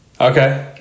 Okay